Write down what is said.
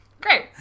Great